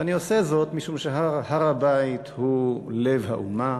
ואני עושה זאת משום שהר-הבית הוא לב האומה,